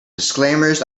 disclaimers